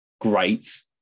great